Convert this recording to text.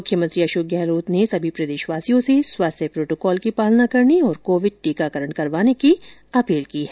मुख्यमंत्री अशोक गहलोत ने सभी प्रदेशवासियों से स्वास्थ्य प्रोटोकॉल की पालना करने और कोविड टीकाकरण करवाने की अपील की है